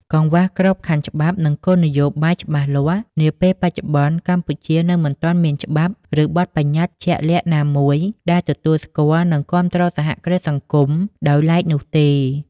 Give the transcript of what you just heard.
កង្វះក្របខ័ណ្ឌច្បាប់ និងគោលនយោបាយច្បាស់លាស់ នាពេលបច្ចុប្បន្នកម្ពុជានៅមិនទាន់មានច្បាប់ ឬបទប្បញ្ញត្តិជាក់លាក់ណាមួយដែលទទួលស្គាល់ និងគាំទ្រសហគ្រាសសង្គមដោយឡែកនោះទេ ។